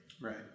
Right